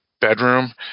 bedroom